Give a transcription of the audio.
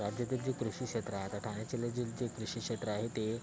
राज्यातील जी कृषीक्षेत्र आ आता जी ठाणे जिल्ह्यातील जे कृषीक्षेत्र आहेत ते